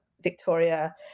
Victoria